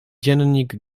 dziennik